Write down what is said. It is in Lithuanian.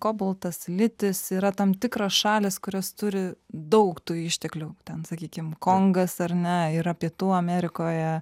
kobaltas litis yra tam tikros šalys kurios turi daug tų išteklių ten sakykim kongas ar ne yra pietų amerikoje